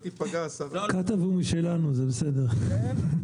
כתב הוא משלנו, זה בסדר...